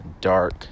dark